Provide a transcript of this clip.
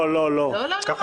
לא, לא.